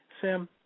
Sam